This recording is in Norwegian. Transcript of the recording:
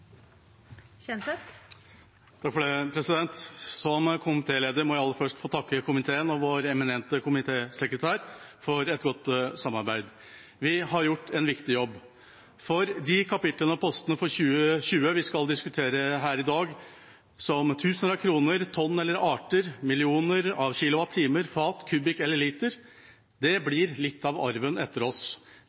Som komitéleder må jeg aller først få takke komiteen og vår eminente komitésekretær for et godt samarbeid. Vi har gjort en viktig jobb, for de kapitlene og postene for 2020 som vi skal diskutere her i dag – som tusener av kroner, tonn eller arter, millioner av kilowatt-timer, fat, kubikk eller liter – blir litt av arven etter oss